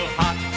hot